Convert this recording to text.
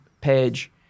Page